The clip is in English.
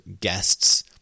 guests